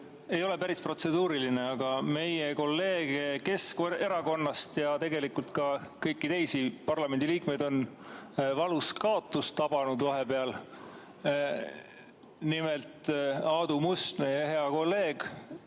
Ei ole päris protseduuriline, aga meie kolleege Keskerakonnast ja tegelikult ka kõiki teisi parlamendiliikmeid on vahepeal tabanud valus kaotus. Nimelt, Aadu Must, meie hea kolleeg,